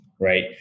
right